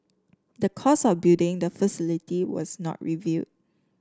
the cost of building the facility was not reveal